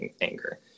anger